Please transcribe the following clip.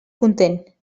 content